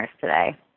today